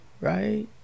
right